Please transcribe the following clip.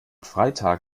freitag